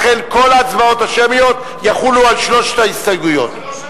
לכן כל ההצבעות השמיות יחולו על שלוש ההסתייגויות.